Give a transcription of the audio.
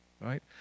right